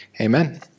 Amen